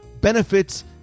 benefits